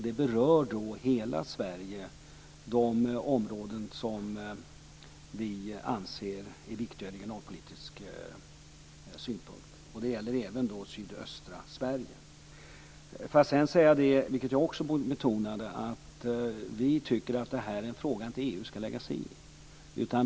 Det berör hela Sverige och de områden som vi anser är viktiga ur regionalpolitisk synpunkt. Det gäller även sydöstra Sverige. Sedan vill jag säga, vilket jag också betonade, att vi tycker att det här är en fråga som EU inte skall lägga sig i.